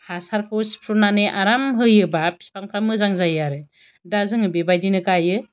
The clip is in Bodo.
हासारखौ सिफ्रुनानै आराम होयोबा फिफांफ्रा मोजां जायो आरो दा जोङो बेबादिनो गाइयो